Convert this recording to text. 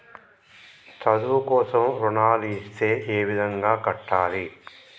చదువు కోసం రుణాలు ఇస్తే ఏ విధంగా కట్టాలి?